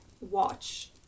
watch